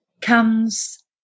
comes